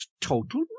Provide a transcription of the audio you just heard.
total